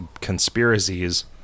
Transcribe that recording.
conspiracies